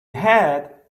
had